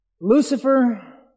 Lucifer